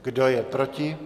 Kdo je proti?